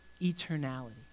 eternality